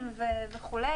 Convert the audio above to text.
לכספים וכו'.